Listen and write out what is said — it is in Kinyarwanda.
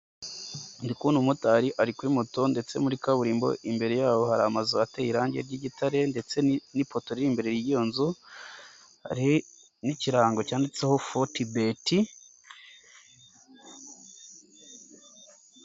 Ndikubona umumotari ari kuri moto ndetse muri kaburimbo imbere yabo hari amazu ateye irangi ry'igitare ,ndetse n'ipoto riri imbere y'iyo nzu, hari n'ikirango cyanditseho fotibeti..